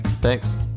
Thanks